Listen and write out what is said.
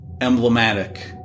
emblematic